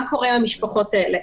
מה קורה למשפחות האלה?